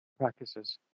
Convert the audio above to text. practices